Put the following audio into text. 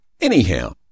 Anyhow